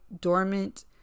dormant